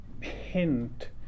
hint